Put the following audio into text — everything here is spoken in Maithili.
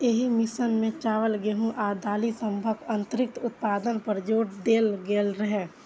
एहि मिशन मे चावल, गेहूं आ दालि सभक अतिरिक्त उत्पादन पर जोर देल गेल रहै